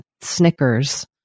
Snickers